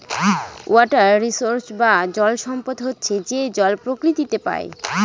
water resource বা জল সম্পদ হচ্ছে যে জল প্রকৃতিতে পাই